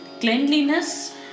cleanliness